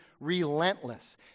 relentless